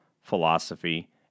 philosophy